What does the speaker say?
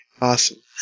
awesome